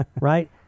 right